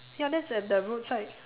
ya that's at the roadside